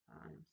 times